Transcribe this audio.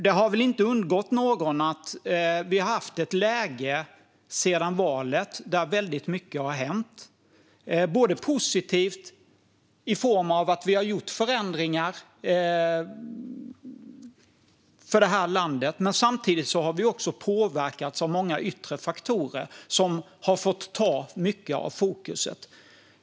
Det har väl inte undgått någon att väldigt mycket har hänt sedan valet, dels positivt i form av förändringar för landet, dels har vi påverkats av många yttre faktorer som har tagit mycket av vårt fokus.